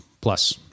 plus